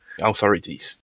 authorities